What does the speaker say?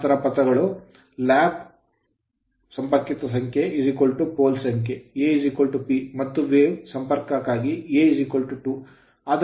ಸಮಾನಾಂತರ ಪಥಗಳ lap lap ಸಂಪರ್ಕಿತ ಸಂಖ್ಯೆ pole ಪೋಲ್ ಸಂಖ್ಯೆ A P ಮತ್ತು wave ತರಂಗ ಸಂಪರ್ಕಕ್ಕಾಗಿ A 2